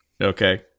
Okay